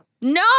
No